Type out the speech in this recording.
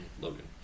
Logan